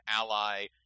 ally